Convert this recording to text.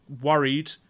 worried